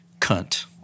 cunt